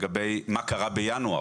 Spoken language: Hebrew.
לגבי מה קרה בינואר.